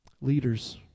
leaders